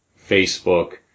Facebook